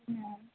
ma'am